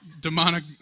demonic